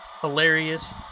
hilarious